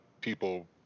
people